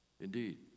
Indeed